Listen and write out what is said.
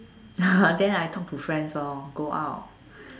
then I talk to friends lor go out